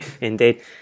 Indeed